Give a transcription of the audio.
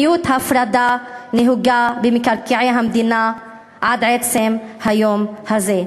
נהוגה במקרקעי המדינה עד עצם היום הזה.